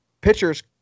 Pitchers